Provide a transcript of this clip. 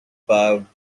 bar